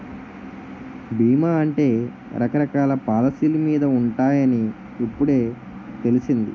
బీమా అంటే రకరకాల పాలసీ మీద ఉంటాయని ఇప్పుడే తెలిసింది